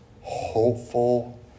hopeful